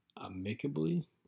amicably